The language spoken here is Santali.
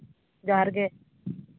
ᱡᱚᱦᱟᱨ ᱜᱮ